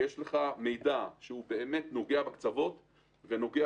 ויש לך מידע שבאמת נוגע בקצוות ונוגע